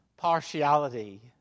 partiality